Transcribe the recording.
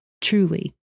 truly